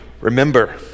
remember